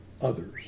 Others